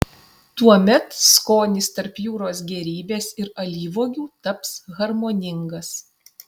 tuomet skonis tarp jūros gėrybės ir alyvuogių taps harmoningas